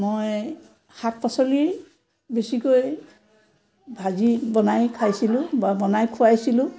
মই শাক পাচলি বেছিকৈ ভাজি বনাই খাইছিলোঁ বা বনাই খুৱাইছিলোঁ